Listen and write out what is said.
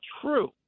true